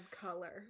color